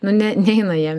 nu ne neina jie